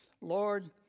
Lord